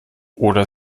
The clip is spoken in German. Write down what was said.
oder